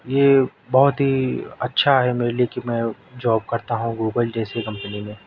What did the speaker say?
یہ بہت ہی اچھا ہے میرے لیے کہ میں جاب کرتا ہوں گوگل جیسی کمپنی میں